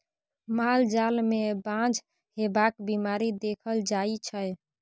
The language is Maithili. माल जाल मे बाँझ हेबाक बीमारी देखल जाइ छै